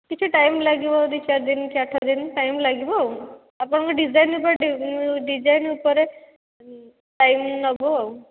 କିଛି ଟାଇମ୍ ଲାଗିବ ଦୁଇ ଚାରି ଦିନ ଆଠ ଦିନ ଟାଇମ୍ ଲାଗିବ ଆଉ ଆପଣଙ୍କ ଡିଜାଇନ ଉପରେ ଡିଜାଇନ ଉପରେ ଟାଇମ୍ ନେବୁ ଆଉ